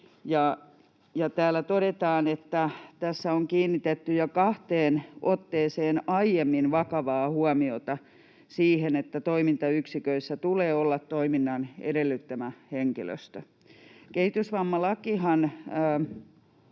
täällä todetaan, että tässä on kiinnitetty jo kahteen otteeseen aiemmin vakavaa huomiota siihen, että toimintayksiköissä tulee olla toiminnan edellyttämä henkilöstö. Kehitysvammalain